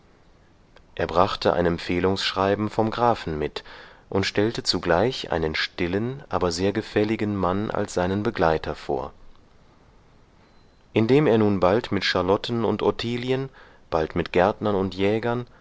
er brachte ein empfehlungsschreiben vom grafen mit und stellte zugleich einen stillen aber sehr gefälligen mann als seinen begleiter vor indem er nun bald mit charlotten und ottilien bald mit gärtnern und jägern